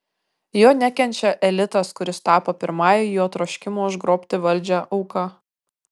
jo nekenčia elitas kuris tapo pirmąja jo troškimo užgrobti valdžią auka